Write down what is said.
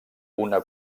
una